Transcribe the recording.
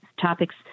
topics